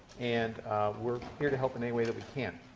and we're here to help in any way that we can.